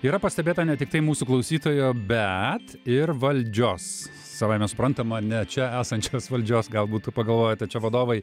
yra pastebėta ne tiktai mūsų klausytojo bet ir valdžios savaime suprantama ne čia esančios valdžios gal būtų pagalvojote čia vadovai